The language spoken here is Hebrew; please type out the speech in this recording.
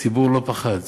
הציבור לא פחד.